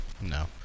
No